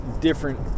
different